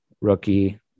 rookie –